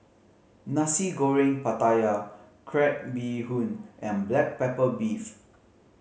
Nasi Goreng Pattaya crab bee hoon and black pepper beef